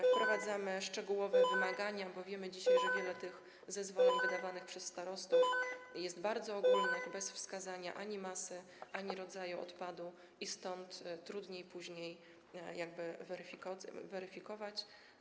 Wprowadzamy też szczegółowe wymagania, bo wiemy dzisiaj, że wiele zezwoleń wydawanych przez starostów jest bardzo ogólnych, bez wskazania masy, rodzaju odpadu, i stąd trudniej później jakby to weryfikować.